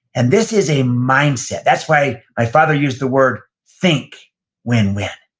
and this is a mindset. that's why my father used the word, think win-win.